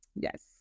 Yes